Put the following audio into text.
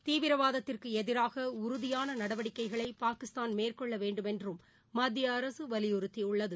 தீவரவாத்திற்குஎதிராகஉறுதியானநடவடிக்கைகளைபாகிஸ்தான் மேற்கொள்ளவேண்டும் என்றும் மத்திய அரசுவலியுறுத்தியுள்ளது